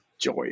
joy